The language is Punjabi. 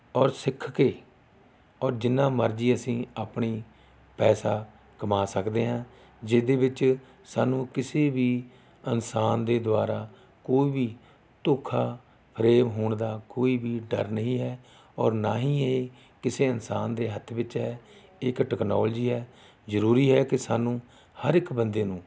ਔਰ ਸਿੱਖ ਕੇ ਔਰ ਜਿੰਨਾਂ ਮਰਜ਼ੀ ਅਸੀਂ ਆਪਣੀ ਪੈਸਾ ਕਮਾ ਸਕਦੇ ਹਾਂ ਜਿਸ ਦੇ ਵਿੱਚ ਸਾਨੂੰ ਕਿਸੇ ਵੀ ਇਨਸਾਨ ਦੇ ਦੁਆਰਾ ਕੋਈ ਵੀ ਧੋਖਾ ਫਰੇਬ ਹੋਣ ਦਾ ਕੋਈ ਵੀ ਡਰ ਨਹੀਂ ਹੈ ਔਰ ਨਾ ਹੀ ਇਹ ਕਿਸੇ ਇਨਸਾਨ ਦੇ ਹੱਥ ਵਿੱਚ ਹੈ ਇਹ ਇੱਕ ਟੈਕਨੋਲੋਜੀ ਹੈ ਜ਼ਰੂਰੀ ਹੈ ਕਿ ਸਾਨੂੰ ਹਰ ਇੱਕ ਬੰਦੇ ਨੂੰ